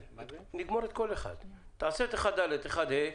יכול להיות שיהיו סכומים שבהם יהיה שווה